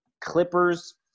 Clippers